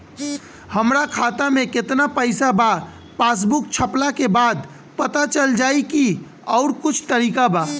हमरा खाता में केतना पइसा बा पासबुक छपला के बाद पता चल जाई कि आउर कुछ तरिका बा?